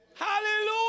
Hallelujah